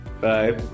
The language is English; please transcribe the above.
Bye